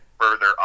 further